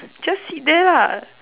just sit there lah